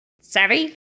Savvy